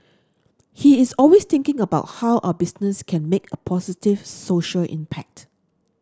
he is always thinking about how our business can make a positive social impact